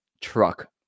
truck